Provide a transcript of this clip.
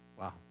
Wow